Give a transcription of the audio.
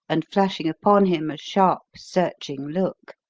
and flashing upon him a sharp, searching look.